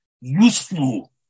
useful